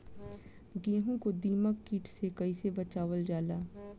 गेहूँ को दिमक किट से कइसे बचावल जाला?